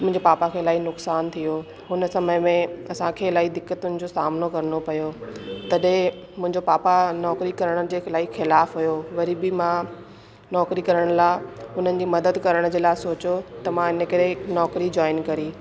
मुंहिंजे पापा खे इलाही नुक़सान थी वियो हुन समय में असांखे इलाही दिक्कतूनि जो सामनो करिणो पियो तॾहिं मुंहिंजो पापा नौकिरी करिण जे इलाही खिलाफ़ हुयो वरी बि मां नौकिरी करण लाइ हुननि जी मदद करण जे लाइ सोचो त मां हिन करे नौकिरी जॉइन करी